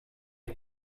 que